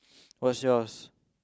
what's yours